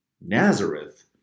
Nazareth